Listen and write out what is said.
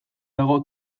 dago